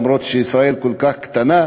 למרות שישראל כל כך קטנה,